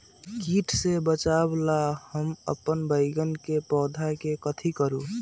किट से बचावला हम अपन बैंगन के पौधा के कथी करू?